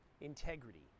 Integrity